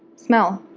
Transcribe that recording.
smell?